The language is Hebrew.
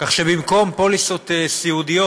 כך שבמקום פוליסות סיעודיות,